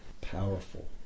powerful